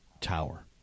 tower